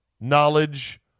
knowledge